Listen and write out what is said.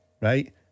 right